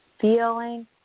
feeling